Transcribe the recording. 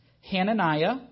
Hananiah